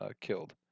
killed